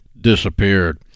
disappeared